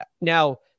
Now